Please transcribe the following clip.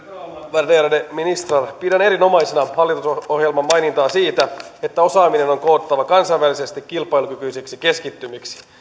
värderade ministrar pidän erinomaisena hallitusohjelman mainintaa siitä että osaaminen on koottava kansainvälisesti kilpailukykyisiksi keskittymiksi